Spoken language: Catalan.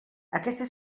aquesta